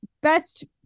best